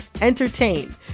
entertain